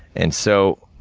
and so,